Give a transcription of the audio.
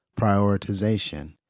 prioritization